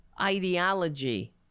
ideology